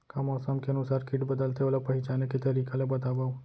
का मौसम के अनुसार किट बदलथे, ओला पहिचाने के तरीका ला बतावव?